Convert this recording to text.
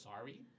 sorry